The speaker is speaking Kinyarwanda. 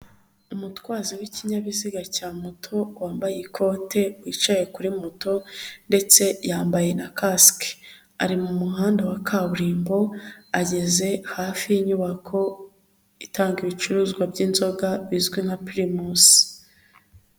Umutwazi w'ikinyabiziga cya moto, wambaye ikote yicaye kuri moto ndetse yambaye na kasike, ari mu muhanda wa kaburimbo ageze hafi y'inyubako itanga ibicuruzwa by'inzoga, bizwi nka pirimusi.